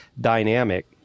dynamic